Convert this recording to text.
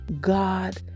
God